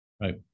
Right